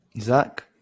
Zach